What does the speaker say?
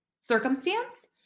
circumstance